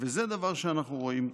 וזה דבר שאנחנו רואים,